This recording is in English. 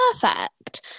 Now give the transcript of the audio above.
perfect